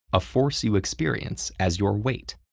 a force you experience as your weight.